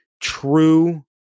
true